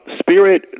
spirit